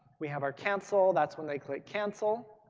we have our cancel. that's when they click cancel.